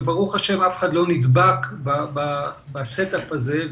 וברוך ה' אף אחד לא נדבק ב set up הזה.